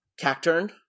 cacturn